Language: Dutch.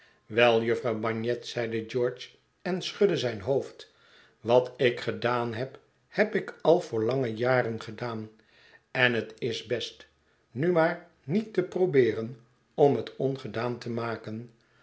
wel jufvrouw bagnet zeide george en schudde zijn hoofd wat ik gedaan heb heb ik al voor lange jaren gedaan en het is best nu maar niet te probeeren om het ongedaan te maken